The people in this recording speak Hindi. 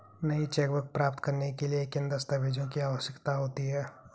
नई चेकबुक प्राप्त करने के लिए किन दस्तावेज़ों की आवश्यकता होती है?